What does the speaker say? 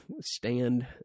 stand